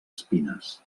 espines